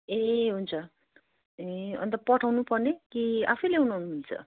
ए हुन्छ ए अन्त पठाउनु पर्ने कि आफै ल्याउनु आउनुहुन्छ